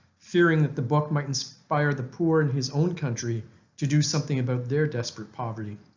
fearing that the book might inspire the poor in his own country to do something about their desperate poverty.